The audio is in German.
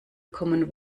common